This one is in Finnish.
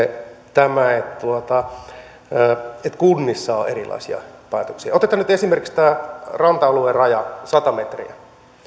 tämä että kunnissa on erilaisia päätöksiä otetaan nyt esimerkiksi tämä ranta alueen raja sata metriä